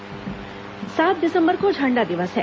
झंडा दिवस सात दिसंबर को झंडा दिवस है